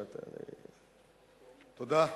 תודה.